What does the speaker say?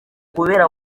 kubera